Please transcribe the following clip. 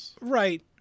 right